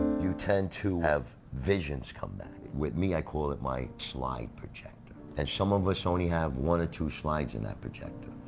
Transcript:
you tend to have visions come back with me i call it my slide projector. and some of us only have one or two slides in that projector.